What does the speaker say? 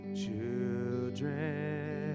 children